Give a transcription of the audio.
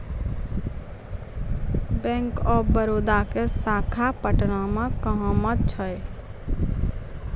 Bank of Baroda के शाखा पटना मे कहां मे छै?